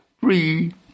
three